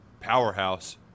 powerhouse